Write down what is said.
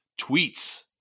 tweets